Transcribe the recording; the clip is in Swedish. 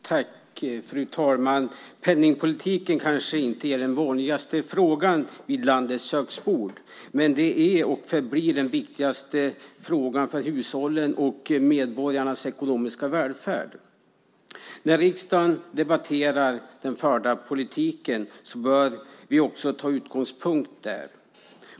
Fru talman! Penningpolitiken kanske inte är den vanligaste frågan vid landets köksbord. Men den är och förblir den viktigaste frågan för hushållen och för medborgarnas ekonomiska välfärd. När riksdagen debatterar den förda politiken bör vi också ta utgångspunkt där.